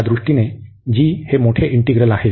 त्या दृष्टीने g हे मोठे इंटीग्रल आहे